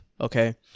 okay